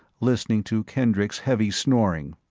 listening to kendricks' heavy snoring,